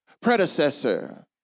predecessor